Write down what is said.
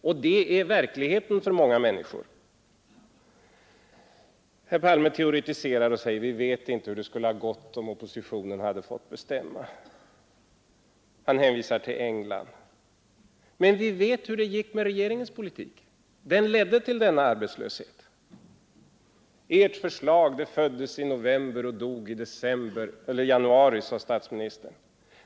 Och så hänvisar han till England Men vi vet hur det gick med regeringens politik. Den ledde till denna arbetslöshet. Ert förslag föddes i november och dog i januari, sade statsministern.